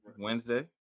Wednesday